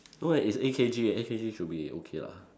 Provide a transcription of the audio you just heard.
no eh is A_K_G A_K_G should be okay lah